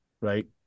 Right